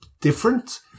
different